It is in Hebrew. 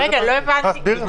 לא הבנתי.